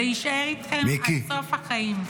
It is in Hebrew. זה יישאר איתכם עד סוף החיים.